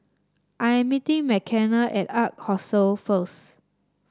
I am meeting Mckenna at Ark Hostel first